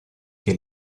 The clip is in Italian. che